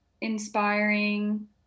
inspiring